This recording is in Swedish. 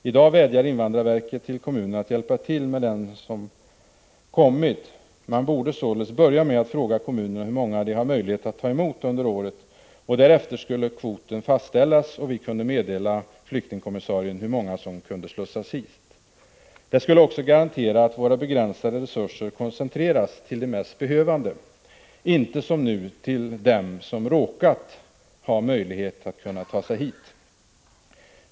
I dag vädjar invandrarverket till kommunerna att hjälpa till med dem som kommit. Man borde således börja med att fråga kommunerna hur många de har möjlighet att ta emot under året, och därefter skulle kvoten fastställas och vi kunde meddela FN:s flyktingkommissarie hur många som kunde slussas hit. Det skulle också garantera att våra begränsade resurser koncentrerades till de mest behövande, inte som nu till dem som råkat ha möjlighet att ta sig hit.